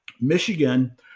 Michigan